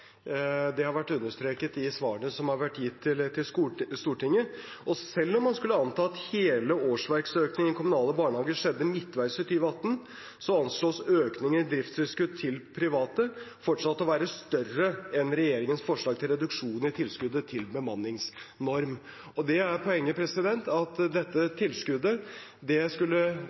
det har vært understreket i svarene som har vært gitt til Stortinget. Selv om man skulle anta at hele årsverksøkningen i kommunale barnehager skjedde midtveis i 2018, anslås økninger i driftstilskudd til private fortsatt å være større enn regjeringens forslag til reduksjon i tilskuddet til bemanningsnorm. Det er poenget; dette tilskuddet skulle vare i tre år, 2018, 2019 og 2020. Det betyr at 2020 er det